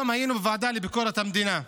היום היינו בוועדה לביקורת המדינה.